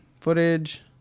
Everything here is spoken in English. footage